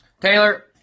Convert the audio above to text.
Taylor